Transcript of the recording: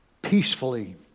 peacefully